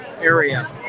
area